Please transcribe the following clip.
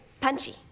punchy